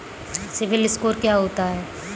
CIBIL score क्या होता है?